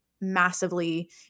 massively